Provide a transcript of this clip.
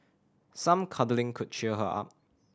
some cuddling could cheer her up